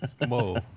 Whoa